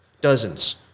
dozens